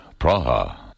Praha